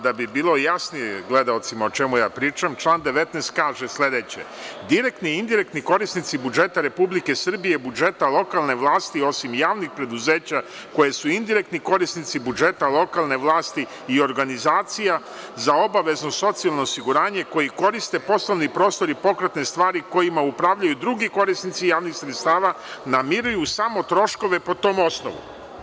Da bi bilo jasnije gledaocima o čemu ja pričam, član 19. kaže sledeće – direktni i indirektni korisnici budžeta Republike Srbije, budžeta lokalne vlasti, osim javnih preduzeća koji su indirektni korisnici budžeta lokalne vlasti i organizacija za obavezno socijalno osiguranje koji koriste poslovni prostor i pokretne stvari kojima upravljaju drugi korisnici javnih sredstava, namiruju samo troškove po tom osnovu.